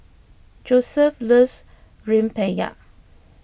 Joesph loves Rempeyek